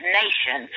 nation